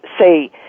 say